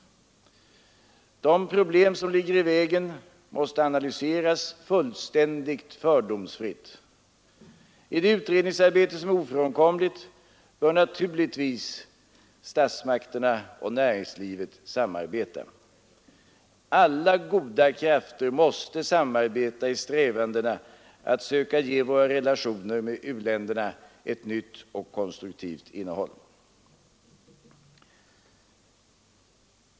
De problem som ligger i vägen måste analyseras fullständigt fördomsfritt. I det utredningsarbete som är ofrånkomligt bör naturligtvis statsmakterna och näringslivet samarbeta. Alla goda krafter måste samverka i strävandena att söka ge våra relationer med u-länderna ett nytt och konstruktivt innehåll.